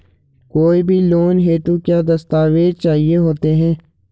कोई भी लोन हेतु क्या दस्तावेज़ चाहिए होते हैं?